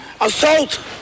Assault